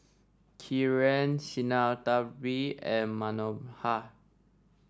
Kiran Sinnathamby and Manohar